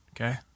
okay